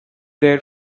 there